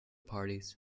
parties